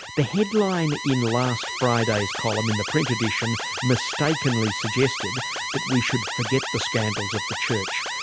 the headline in last friday's column in the print edition, mistakenly suggested that we should forget the scandals of the church.